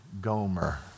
Gomer